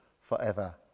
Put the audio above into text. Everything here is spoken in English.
forever